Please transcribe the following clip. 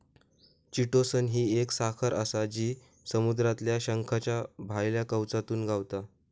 chitosan ही एक साखर आसा जी समुद्रातल्या शंखाच्या भायल्या कवचातसून गावता